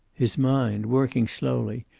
his mind, working slowly,